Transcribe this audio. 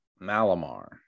Malamar